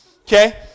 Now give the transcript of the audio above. Okay